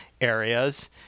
areas